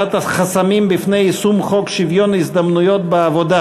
חסמים ביישום חוק שוויון ההזדמנויות בעבודה,